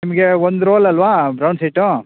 ನಿಮಗೆ ಒಂದು ರೋಲಲ್ಲವಾ ಬ್ರೌನ್ ಸೀಟು